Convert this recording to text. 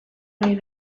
nahi